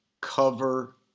cover